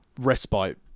respite